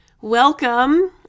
welcome